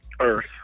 Earth